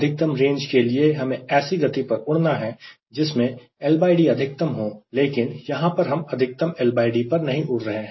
अधिकतम रेंज के लिए हमें ऐसी गति पर उड़ना है जिसमें LD अधिकतम हो लेकिन यहां पर हम अधिकतम LD पर नहीं उड़ रहे हैं